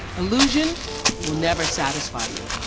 illusion will never satisfy you.